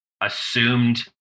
assumed